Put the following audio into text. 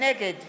נגד